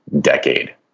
decade